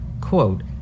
quote